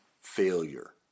failure